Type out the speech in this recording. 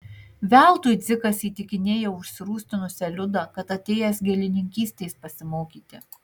veltui dzikas įtikinėjo užsirūstinusią liudą kad atėjęs gėlininkystės pasimokyti